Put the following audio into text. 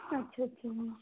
ਅੱਛਾ ਅੱਛਾ ਜੀ